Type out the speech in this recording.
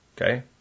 Okay